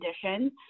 condition